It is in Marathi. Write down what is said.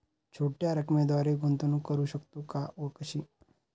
छोट्या रकमेद्वारे गुंतवणूक करू शकतो का व कशी?